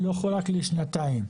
ולא מחולק לשנתיים.